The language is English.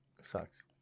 sucks